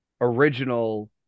original